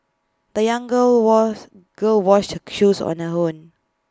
the young girl was girl washed her shoes on her own